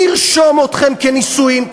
נרשום אתכם כנשואים,